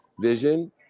vision